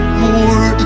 more